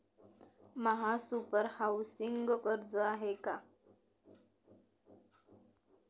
महासुपर हाउसिंग कर्ज आहे का?